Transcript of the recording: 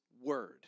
word